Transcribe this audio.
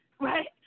right